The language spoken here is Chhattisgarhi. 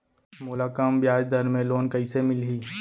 मोला कम ब्याजदर में लोन कइसे मिलही?